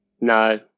No